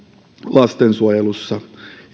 lastensuojelussa